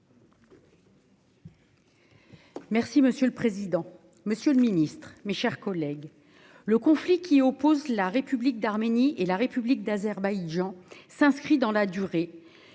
Monsieur le président, monsieur le ministre, mes chers collègues, le conflit qui oppose la République d'Arménie et la République d'Azerbaïdjan s'inscrit dans la durée,